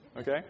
Okay